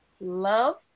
Love